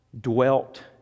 dwelt